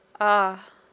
Ah